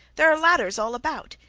there are ladders all about.